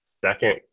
second